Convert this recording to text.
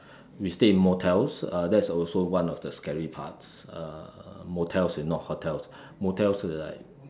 we stay in motels uh that's also one of the scary parts uh motels is not hotels motels is like